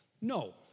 No